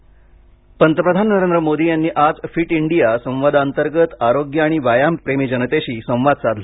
fit India पंतप्रधान नरेंद्र मोदी यांनी आज फिट इंडिया संवादाअंतर्गत आरोग्य आणि व्यायाम प्रेमी जनतेशी संवाद साधला